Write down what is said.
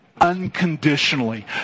unconditionally